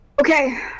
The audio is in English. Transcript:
Okay